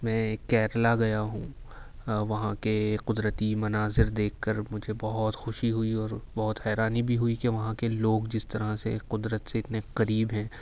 میں کیرلا گیا ہوں وہاں کے قدرتی مناظر دیکھ کر مجھے بہت خوشی ہوئی اور بہت حیرانی بھی ہوئی کہ وہاں کے لوگ جس طرح سے قدرت سے اتنے قریب ہیں